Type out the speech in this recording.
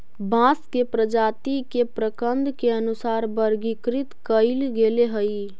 बांस के प्रजाती के प्रकन्द के अनुसार वर्गीकृत कईल गेले हई